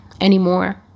anymore